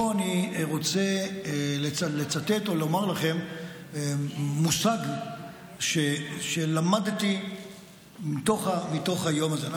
פה אני רוצה לצטט ולומר לכם מושג שלמדתי מתוך היום הזה.